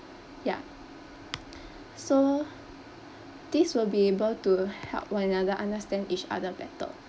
ya so this will be able to help one another understand each other better